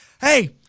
hey